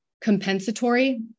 compensatory